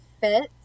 fits